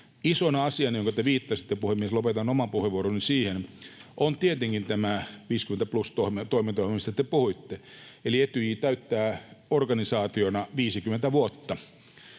Isona asiana, johonka te viittasitte — puhemies, lopetan oman puheenvuoroni siihen — on tietenkin tämä +50-toiminto, mistä te puhuitte, eli Etyj täyttää organisaationa 50 vuotta.